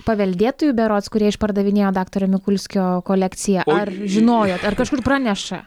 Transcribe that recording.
paveldėtojų berods kurie išpardavinėjo daktaro mikulskio kolekciją ar žinojot ar kažkur praneša